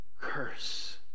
curse